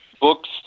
books